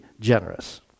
generous